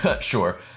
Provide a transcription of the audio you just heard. Sure